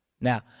Now